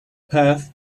path